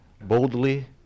boldly